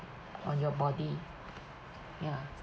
on your body ya